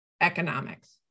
economics